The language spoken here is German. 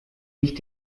nicht